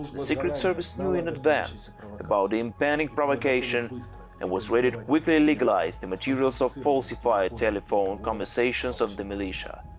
the secret service knew in advance about the impending provocation and was ready to quickly legalize the materials of falsified telephone conversations of the militia.